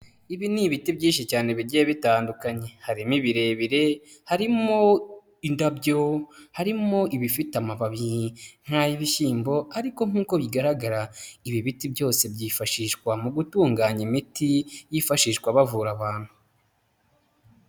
Ibi ni ibiti byinshi cyane bigiye bitandukanye harimo ibirebire, harimo indabyo, harimo ibifite amababi nk'ay'ibishyimbo ariko nk'uko bigaragara ibi biti byose byifashishwa mu gutunganya imiti yifashishwa bavura abantu.